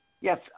Yes